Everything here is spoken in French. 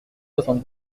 soixante